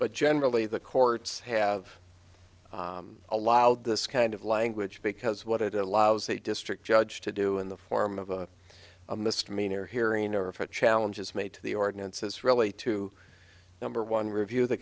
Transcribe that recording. but generally the courts have allowed this kind of language because what it allows a district judge to do in the form of a misdemeanor hearing or a challenge is made to the ordinance is really to number one review the